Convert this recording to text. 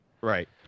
Right